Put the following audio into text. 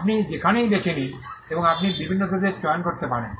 আপনি যেখানেই বেছে নিন এবং আপনি বিভিন্ন দেশ চয়ন করতে পারেন